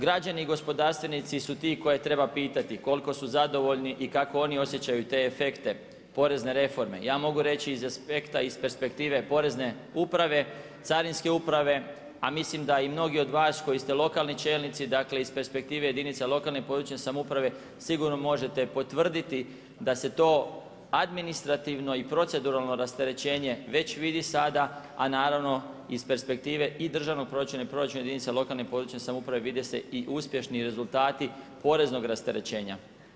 Građani i gospodarstvenici su ti koje treba pitati, koliko su zadovoljni i kako oni osjećaju te efekte, porezne reforme, ja mogu reći iz aspekta iz perspektive Porezne uprave, carinske uprave, a mislim da i mnogi od vas koji ste lokalni čelnici, dakle iz perspektive jedinica lokalne i područne samouprave, sigurno možete potvrditi da se to administrativno i proceduralno rasterećenje već vidi sada, a naravno i iz perspektive i državnog proračuna i proračuna jedinica lokalne područne samouprave, vide se i uspješni rezultati poreznog rasterećenja.